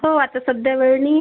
हो आता सध्या वेळ नाही